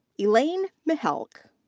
elaine mihelc.